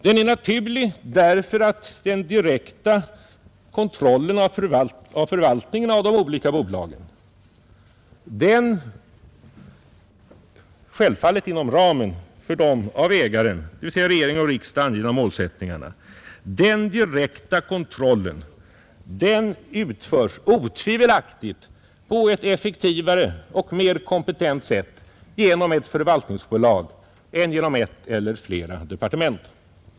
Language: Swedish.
Den är naturlig därför att den direkta kontrollen av förvaltningen av de olika bolagen — självfallet inom ramen för de av ägaren, dvs. regering och riksdag, angivna målsättningarna — otvivelaktigt utföres på ett effektivare och mera kompetent sätt genom ett förvaltningsbolag än genom ett eller flera departement.